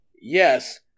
Yes